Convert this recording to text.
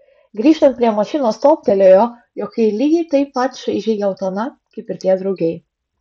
grįžtant prie mašinos toptelėjo jog ji lygiai taip pat šaižiai geltona kaip ir tie drugiai